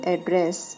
Address